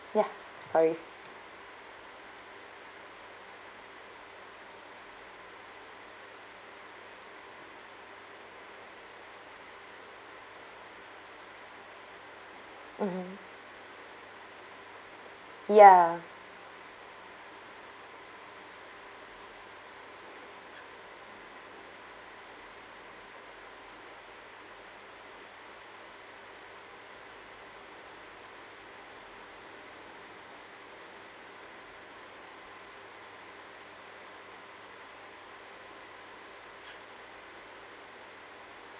ya sorry mmhmm ya